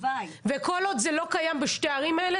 וכל עוד זה לא קיים בשתי הערים האלה,